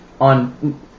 on